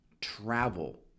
travel